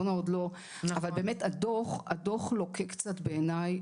ואני אקדים ואומר - הדוח לוקה קצת בעיניי,